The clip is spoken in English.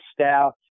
staff